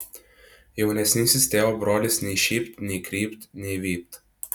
jaunesnysis tėvo brolis nei šypt nei krypt nei vypt